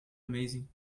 amazing